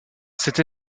cette